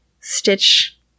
stitch